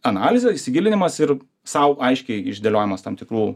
analizių įsigilinimas ir sau aiškiai išdėliojimas tam tikrų